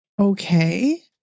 Okay